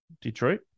Detroit